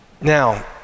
Now